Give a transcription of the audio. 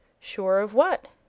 sure of what?